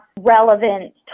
relevant